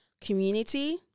community